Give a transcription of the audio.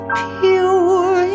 pure